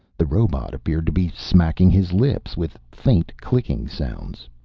the robot appeared to be smacking his lips, with faint clicking sounds.